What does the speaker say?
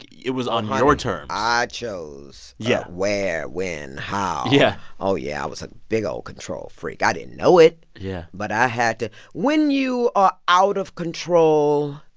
it it was on your terms i chose the yeah where, when, how yeah oh, yeah, i was a big, old control freak. i didn't know it yeah but i had to when you are out of control